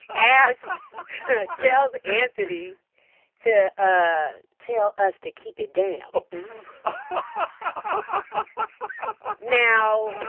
asks tells anthony to ah tell us to keep it down ah and ah now,